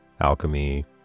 alchemy